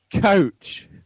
Coach